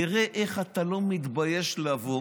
תראה איך אתה לא מתבייש לבוא